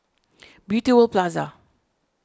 Beauty World Plaza